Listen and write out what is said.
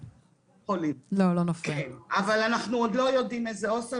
אבל אנחנו עוד לא יודעים איזה הוסטל